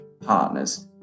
partners